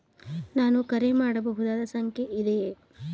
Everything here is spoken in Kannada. ನಾನು ಕರೆ ಮಾಡಬಹುದಾದ ಸಂಖ್ಯೆ ಇದೆಯೇ?